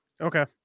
Okay